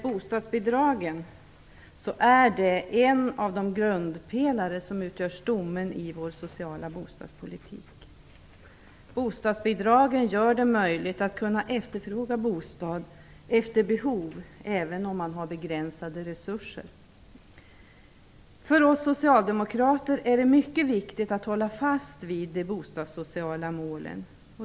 Bostadsbidragen är en av de grundpelare som utgör stommen i vår sociala bostadspolitik. Bostadsbidragen gör det möjligt att efterfråga bostad efter behov även om man har begränsade resurser. För oss socialdemokrater är det mycket viktigt att hålla fast vid de bostadssociala målen.